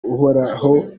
uhoraho